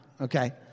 okay